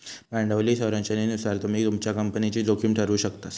भांडवली संरचनेनुसार तुम्ही तुमच्या कंपनीची जोखीम ठरवु शकतास